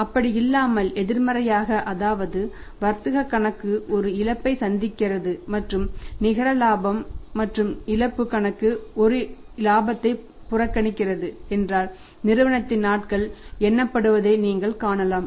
அப்படி இல்லாமல் எதிர்மறையாக அதாவது வர்த்தக கணக்கு ஒரு இழப்பைப் சந்திக்கிறது மற்றும் நிகர இலாபம் மற்றும் இழப்புக் கணக்கு ஒரு இலாபத்தைப் புகாரளிக்கிறது என்றால் நிறுவனத்தின் நாட்கள் எண்ணப்படுவதை நீங்கள் காணலாம்